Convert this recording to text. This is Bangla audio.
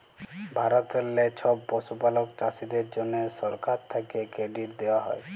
ভারতেললে ছব পশুপালক চাষীদের জ্যনহে সরকার থ্যাকে কেরডিট দেওয়া হ্যয়